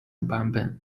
版本